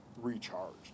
recharged